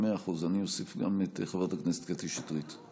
מאה אחוז, אני אוסיף גם את חברת הכנסת קטי שטרית.